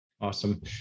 Awesome